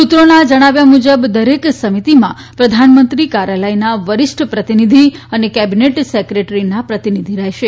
સૂત્રોના જણાવ્યુ મજુબ દરેક સમિતીમાં પ્રધાનમંત્રી કાર્યાલયના વરિષ્ઠ પ્રતિનીધી અને કેબીનેટ સેક્રેટરીના પ્રતિનીધી રહેશે